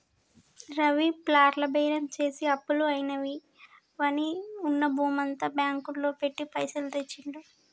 రవి ప్లాట్ల బేరం చేసి అప్పులు అయినవని ఉన్న భూమంతా బ్యాంకు లో పెట్టి పైసలు తెచ్చిండు